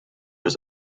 was